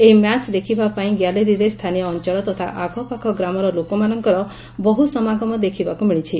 ଏହି ମ୍ୟାଚ୍ ଦେଖିବା ପାଇଁ ଗ୍ୟାଲେରୀରେ ସ୍ରାନୀୟ ଅଞ୍ଚଳ ତଥା ଆଖପାଖ ଗ୍ରାମର ଲୋକମାନଙ୍କର ବହୁ ସମାଗମ ଦେଖିବାକୁ ମିଳିଛି